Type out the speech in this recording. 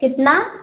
कितना